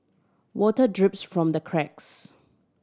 water drips from the cracks